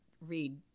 read